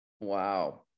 Wow